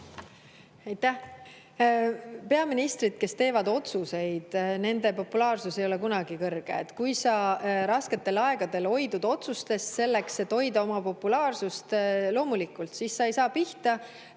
Peaministrid, kes teevad otsuseid – nende populaarsus ei ole kunagi kõrge. Kui sa rasketel aegadel hoidud otsustest, selleks et hoida oma populaarsust, siis loomulikult sa ei saa pihta